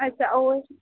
अच्छा होर